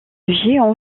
géant